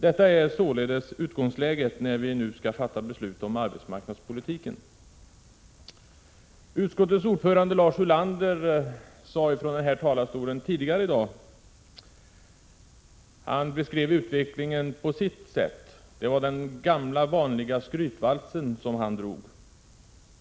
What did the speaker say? Detta är således utgångsläget när vi nu skall fatta beslut om arbetsmarknadspolitiken. Utskottets ordförande Lars Ulander talade ifrån den här talarstolen tidigare i dag. Han beskrev utvecklingen på sitt sätt. Det var den gamla vanliga skrytvalsen som han drog.